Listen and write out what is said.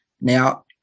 Now